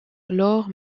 laure